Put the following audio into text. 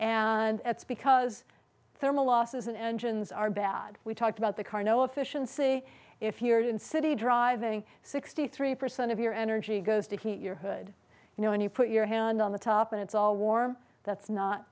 that's because thermal losses and engines are bad we talked about the car no efficiency if you're in city driving sixty three percent of your energy goes to heat your hood you know when you put your hand on the top and it's all warm that's not